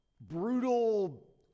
brutal